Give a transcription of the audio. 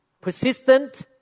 persistent